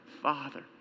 Father